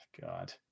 God